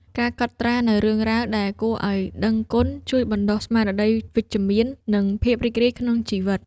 ការកត់ត្រានូវរឿងរ៉ាវដែលគួរឱ្យដឹងគុណ ជួយបណ្ដុះស្មារតីវិជ្ជមាន និងភាពរីករាយក្នុងជីវិត។